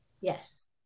yes